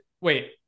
Wait